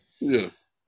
Yes